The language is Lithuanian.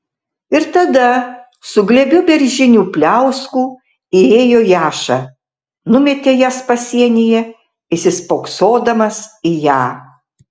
ir tada su glėbiu beržinių pliauskų įėjo jaša numetė jas pasienyje įsispoksodamas į ją